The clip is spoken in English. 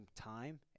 time